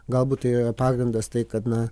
galbūt tai yra pagrindas tai kad na